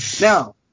Now